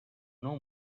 nou